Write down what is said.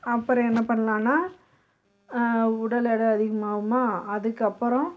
அப்புறம் என்ன பண்ணலான்னா உடல் எடை அதிகமாகுமா அதுக்கு அப்புறம்